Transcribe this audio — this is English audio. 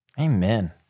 Amen